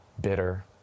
bitter